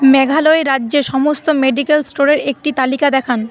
মেঘালয় রাজ্যে সমস্ত মেডিক্যাল স্টোরের একটি তালিকা দেখান